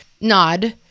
nod